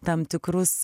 tam tikrus